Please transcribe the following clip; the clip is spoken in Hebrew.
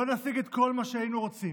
לא נשיג את כל מה שהיינו רוצים,